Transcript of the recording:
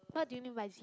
what do you mean by zero